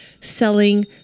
selling